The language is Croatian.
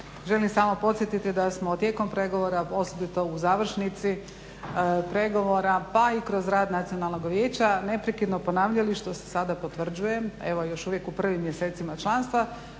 želim samo podsjetiti da smo tijekom pregovora osobito u završnici pregovora pa i kroz rad nacionalnog vijeća neprekidno ponavljali što se sada potvrđuje, evo još u prvim mjesecima članstva,